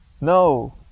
No